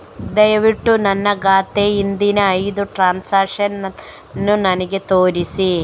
ದಯವಿಟ್ಟು ನನ್ನ ಖಾತೆಯ ಹಿಂದಿನ ಐದು ಟ್ರಾನ್ಸಾಕ್ಷನ್ಸ್ ನನಗೆ ತೋರಿಸಿ